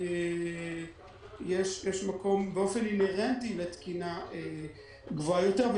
יש מקום באופן אינהרנטי לתקינה גבוהה יותר.